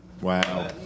Wow